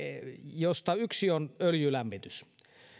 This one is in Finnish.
joista yksi on öljylämmitys